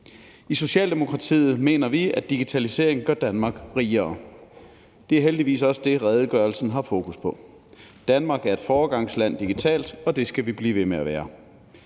I Socialdemokratiet mener vi, at digitalisering gør Danmark rigere. Det er heldigvis også det, redegørelsen har fokus på. Danmark er et foregangsland digitalt set, og det skal vi blive ved med at være.